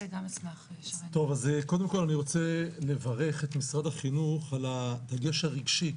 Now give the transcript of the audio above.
קודם כל אני רוצה לברך את משרד החינוך על הדגש הרגשי,